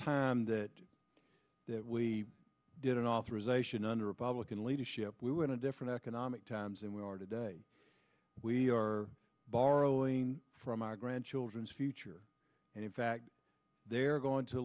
time that we did an authorization under republican leadership we were in a different economic times and we are today we are borrowing from our grandchildren's future and in fact they're going to